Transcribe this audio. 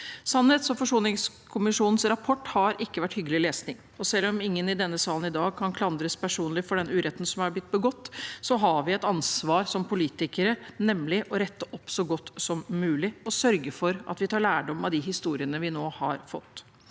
Sannhets- og forsoningskommisjonens rapport har ikke vært hyggelig lesning, og selv om ingen i denne salen i dag kan klandres personlig for den uretten som er blitt begått, så har vi et ansvar som politikere, nemlig for å rette opp så godt som mulig og sørge for at vi tar lærdom av de historiene vi nå har fått.